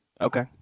Okay